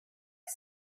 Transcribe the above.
was